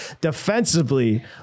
Defensively